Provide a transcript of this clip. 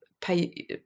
pay